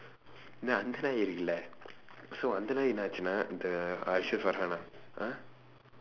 இல்ல அந்த நாய் இருக்குல:illa andtha naai irukkula so அந்த நாய் என்னா ஆச்சுன்னா:andtha naai ennaa aachsunnaa uh actually is farhana !huh!